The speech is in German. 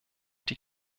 die